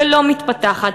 ולא מתפתחת,